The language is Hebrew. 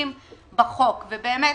שקבועים בחוק והם